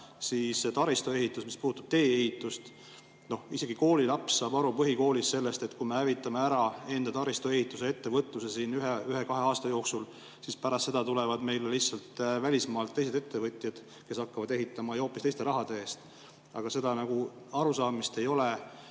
ära taristuehitus, mis puudutab tee-ehitust. Isegi põhikoolilaps saab aru sellest, et kui me hävitame ära enda taristuehituse ettevõtluse siin ühe-kahe aasta jooksul, siis pärast seda tulevad meile lihtsalt välismaalt teised ettevõtjad, kes hakkavad ehitama ja hoopis teiste rahade eest. Aga seda nagu arusaamist ei ole